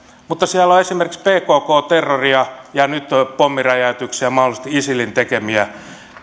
mutta siellä on esimerkiksi pkkn terroria ja nyt pommiräjäytyksiä mahdollisesti isilin tekemiä